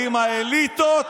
האם האליטות,